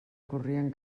corrien